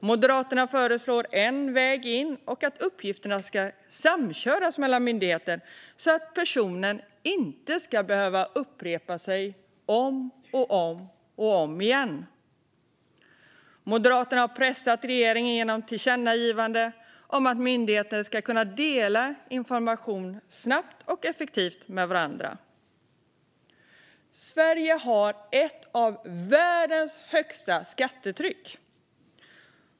Moderaterna föreslår en väg in och att uppgifterna ska samköras mellan myndigheter så att personen inte ska behöva upprepa sig om och om igen. Moderaterna har pressat regeringen genom ett tillkännagivande om att myndigheter ska kunna dela information med varandra snabbt och effektivt. Sverige har ett av världens högsta skattetryck.